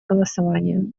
голосования